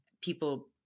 people